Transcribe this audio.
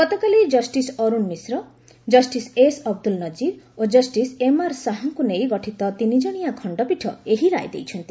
ଗତକାଲି justice Arun Mishra justice S Abdul Nazir ଓ justice M R ଶାହାଙ୍କୁ ନେଇ ଗଠିତ ତିନିଜଣିଆ ଖଣ୍ଡପୀଠ ଏହି ରାୟ ଦେଇଛନ୍ତି